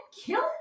kill